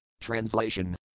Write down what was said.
Translation